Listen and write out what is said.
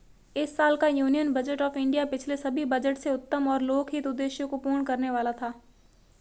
इस साल का यूनियन बजट ऑफ़ इंडिया पिछले सभी बजट से उत्तम और लोकहित उद्देश्य को पूर्ण करने वाला था